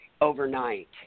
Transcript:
overnight